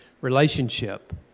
relationship